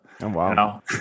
wow